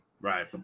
right